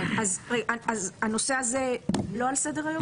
אם כן, הנושא הזה לא על סדר היום?